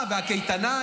ומה ההישגים?